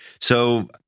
So-